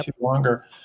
longer